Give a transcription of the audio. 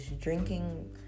drinking